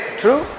true